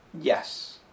Yes